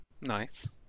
nice